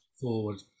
forward